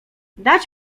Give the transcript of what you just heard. dać